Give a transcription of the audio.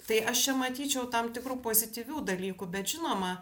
tai aš čia matyčiau tam tikrų pozityvių dalykų bet žinoma